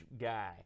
guy